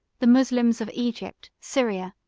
the moslems of egypt, syria,